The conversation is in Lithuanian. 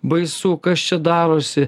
baisu kas čia darosi